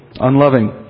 unloving